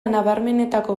nabarmenenetako